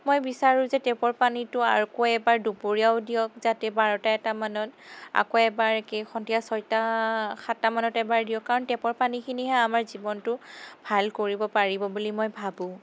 মই বিচাৰোঁ যে টেপৰ পানীটো আকৌ এবাৰ দুপৰীয়াও দিয়ক যাতে বাৰটা এটা মানত আকৌ এবাৰ একেই সন্ধিয়া ছয়টা সাতটামানত এবাৰ দিয়ক কাৰণ টেপৰ পানীখিনিয়েহে আমাৰ জীৱনটো ভাল কৰিব পাৰিব বুলি মই ভাবোঁ